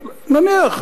נניח.